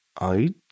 I